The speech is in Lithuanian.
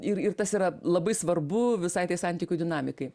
ir ir tas yra labai svarbu visai tai santykių dinamikai